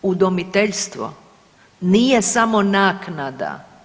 Udomiteljstvo nije samo naknada.